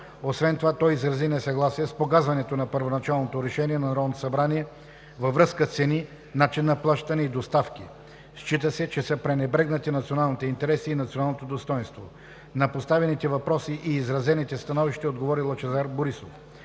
Освен това той изрази несъгласие с погазването на първоначалното решение на Народното събрание във връзка с цени, начин на плащане и доставки. Счита се, че са пренебрегнати националните интереси и националното достойнство. На поставените въпроси и изразените становища отговори Лъчезар Борисов.